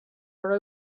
were